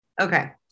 Okay